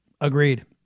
Agreed